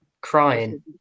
crying